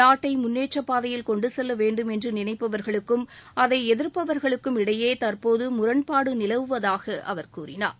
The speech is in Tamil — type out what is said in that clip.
நாட்டை முன்னேற்றப் பாதையில் கொண்டு செல்ல வேண்டும் என்று நினைப்பவர்களுக்கும் அதை எதிர்ப்பவர்களுக்கும் இடையே தற்போது முரண்பாடு நிலவுவதாக அவர் கூறினார்